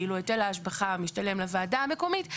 ואילו היטל ההשבחה משתלם לוועדה המקומית,